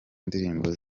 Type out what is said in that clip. ndirimbo